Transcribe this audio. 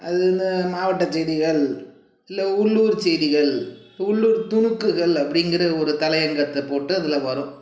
அது இந்த மாவட்ட செய்திகள் இல்லை உள்ளூர் செய்திகள் உள்ளூர் துணுக்குகள் அப்படிங்கிற ஒரு தலையங்கத்தை போட்டு அதில் வரும்